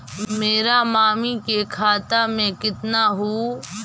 मेरा मामी के खाता में कितना हूउ?